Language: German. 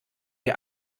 wir